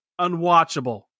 unwatchable